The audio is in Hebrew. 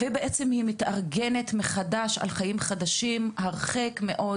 בעצם היא מתארגנת מחדש לקראת חיים חדשים הרחק מאוד